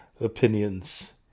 opinions